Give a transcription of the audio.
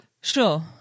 Sure